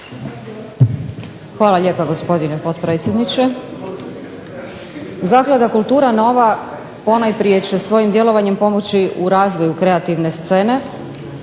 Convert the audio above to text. Hvala lijepa gospodine potpredsjedniče. Zaklada Kultura Nova ponajprije će svojim djelovanjem pomoći u razvoju kreativne scene